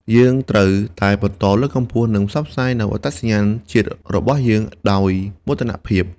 យើងត្រូវតែបន្តលើកកម្ពស់និងផ្សព្វផ្សាយនូវអត្តសញ្ញាណជាតិរបស់យើងដោយមោទនភាព។